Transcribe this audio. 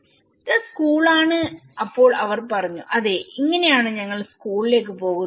ഇത് സ്കൂളാണ് അപ്പോൾ അവർ പറഞ്ഞു അതെ ഇങ്ങനെയാണ് ഞങ്ങൾ സ്കൂളിലേക്ക് പോകുന്നത്